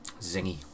Zingy